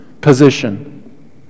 position